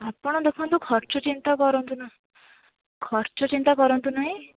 ଆପଣ ଦେଖନ୍ତୁ ଖର୍ଚ୍ଚ ଚିନ୍ତା କରନ୍ତୁ ନା ଖର୍ଚ୍ଚ ଚିନ୍ତା କରନ୍ତୁ ନାହିଁ